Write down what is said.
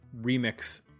remix